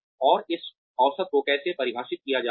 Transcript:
और इस औसत को कैसे परिभाषित किया जा रहा है